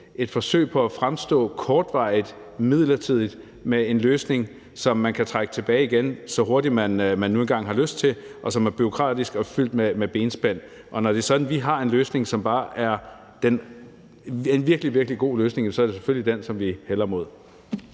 midlertidigt at fremstå, som om man har en løsning, som man kan trække tilbage igen, så hurtigt man nu engang har lyst, og som er bureaukratisk og fyldt med benspænd. Og når det er sådan, at vi har en løsning, som bare er virkelig, virkelig god, så er det selvfølgelig den, vi hælder imod.